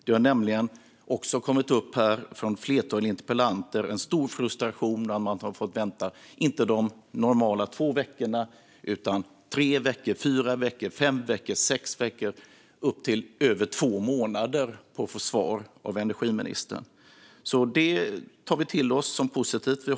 Det har nämligen från ett flertal interpellanter kommit upp en stor frustration när de har fått vänta på att få svar av energiministern, inte de normala två veckorna utan tre, fyra, fem eller sex veckor eller upp till över två månader. Detta tar vi alltså till oss som positivt.